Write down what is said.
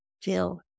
feel